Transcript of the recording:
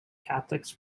catholics